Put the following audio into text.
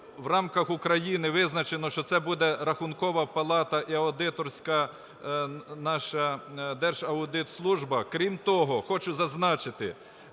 в рамках України визначено, що це буде Рахункова палата і аудиторська наша. Держаудитслужба. Крім того, хочу зазначити,